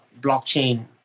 blockchain